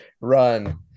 run